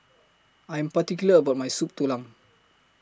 I'm particular about My Soup Tulang